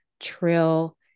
Trill